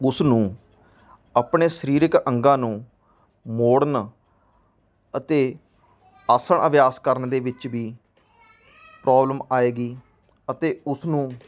ਉਸ ਨੂੰ ਆਪਣੇ ਸਰੀਰਿਕ ਅੰਗਾਂ ਨੂੰ ਮੋੜਨ ਅਤੇ ਆਸਣ ਅਭਿਆਸ ਕਰਨ ਦੇ ਵਿੱਚ ਵੀ ਪ੍ਰੋਬਲਮ ਆਏਗੀ ਅਤੇ ਉਸਨੂੰ